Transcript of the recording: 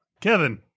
Kevin